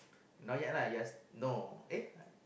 not yet lah just no eh